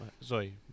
Sorry